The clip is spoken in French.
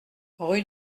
rue